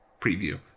preview